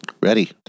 Ready